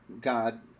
God